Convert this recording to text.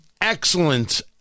excellent